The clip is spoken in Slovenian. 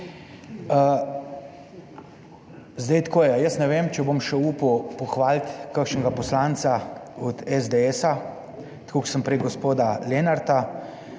zdaj tako je. Jaz ne vem, če bom še upal pohvaliti kakšnega poslanca od SDS, tako kot sem prej g. Lenarta,